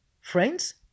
Friends